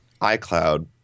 iCloud